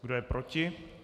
Kdo je proti?